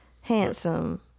handsome